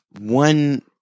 one